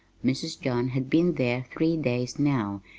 mrs. john had been there three days now,